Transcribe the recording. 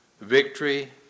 Victory